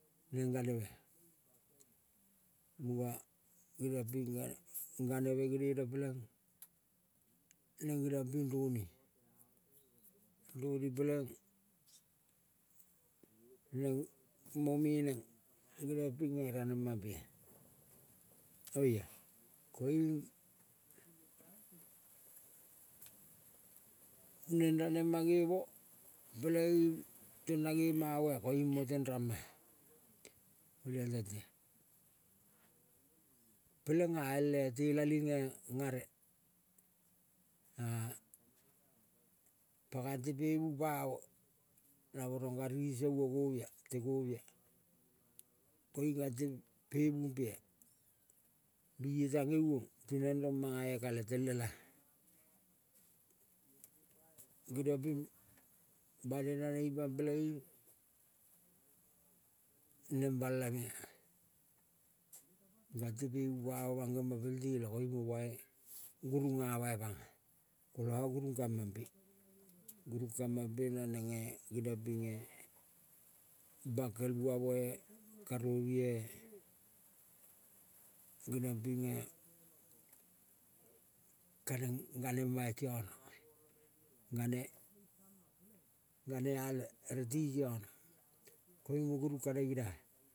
Neng ganebea, munga geniong ping gane, ganeve genene peleng neng geniang pi roni. Roni peleng neng mo me neng geniang pinge ronemampea oia. Koiung nan ranema ngemo peleing tona gema ma koiung moteng ram-a. Olial tentea, pelenga ele tela linge ngare a gante pemu pomo namo rong gari saio govia. Te govia koing gangte pemu mpea. Bie tang euvong tineng rong mangae. Kale tel ela geniang pim banei naneng ipang peleing, neng bala mea gante pemu pamo mangema pel tela. Koing mo bai gurung ama ipanga kola gurung ka mampe. Gurung ka mampe nanenge geniang pinge, bangkel bua moe karoue geniong pinge kaneng ganeng ma ikiono. Gane, gane alve ere ti ikiona koiung mo gurung kaneng genionga.